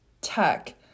tech